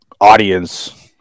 audience